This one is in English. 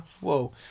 Whoa